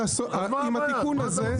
עם התיקון הזה,